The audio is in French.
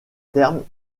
terme